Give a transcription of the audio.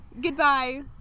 Goodbye